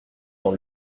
dans